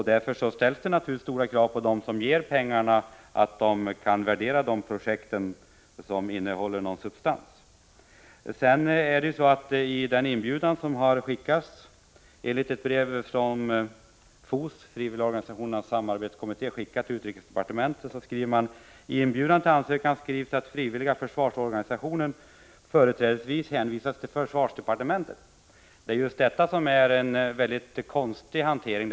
Därför ställs det naturligtvis stora krav på att de som fördelar pengarna kan värdera projekten och se vilka som innehåller någon substans. I ett brev som FOS, Frivilligorganisationernas samarbetskommitté, skickat till utrikesdepartementet skriver man att det i inbjudan till ansökan står att frivilliga försvarsorganisationer företrädesvis hänvisas till försvarsdepartementet. Det är just detta som är en mycket konstig hantering.